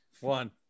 One